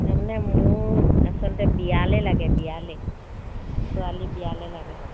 তাৰমানে মোৰ আচলতে বিয়ালৈ লাগে বিয়ালৈ ছোৱালী বিয়ালৈ লাগে